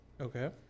Okay